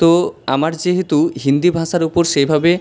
তো আমার যেহেতু হিন্দি ভাষার ওপর সেইভাবে